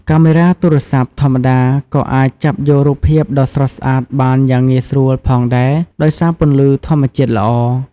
កាមេរ៉ាទូរស័ព្ទធម្មតាក៏អាចចាប់យករូបភាពដ៏ស្រស់ស្អាតបានយ៉ាងងាយស្រួលផងដែរដោយសារពន្លឺធម្មជាតិល្អ។